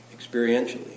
experientially